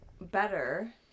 better